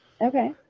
Okay